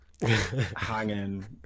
hanging